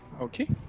Okay